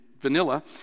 vanilla